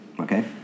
Okay